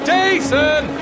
Jason